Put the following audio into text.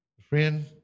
Friend